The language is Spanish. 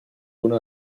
uno